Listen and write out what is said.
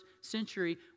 century